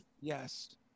Yes